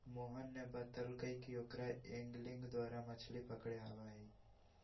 मोहन ने बतल कई कि ओकरा एंगलिंग द्वारा मछ्ली पकड़े आवा हई